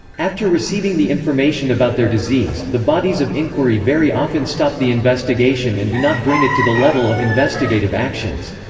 after receiving the information about their disease, the bodies of inquiry very often stop the investigation and do not bring it to the level of investigative actions.